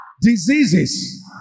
diseases